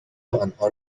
آنها